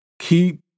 Keep